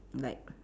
like